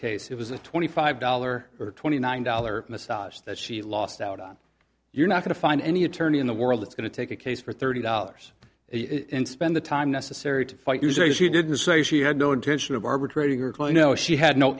case it was the twenty five dollar or twenty nine dollar massage that she lost out on you're not going to find any attorney in the world that's going to take a case for thirty dollars and spend the time necessary to fight usury she didn't say she had no intention of arbitrating her claim no she had no